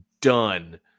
done